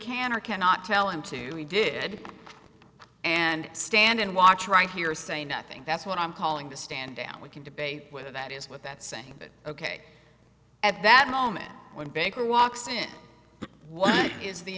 can or cannot tell him to he did and stand and watch right here saying i think that's what i'm calling to stand down we can debate whether that is what that saying that ok at that moment when baker walks in what is the